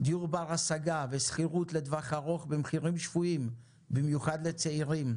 דיור בר השגה ושכירות לטווח ארוך במחירים שפויים במיוחד לצעירים,